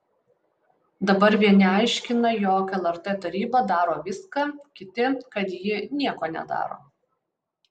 dabar vieni aiškina jog lrt taryba daro viską kiti kad ji nieko nedaro